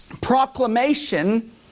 proclamation